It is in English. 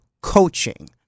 coaching